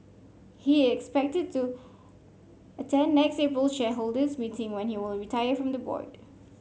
he is expected to attend next April's shareholders meeting when he will retire from the board